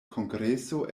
kongreso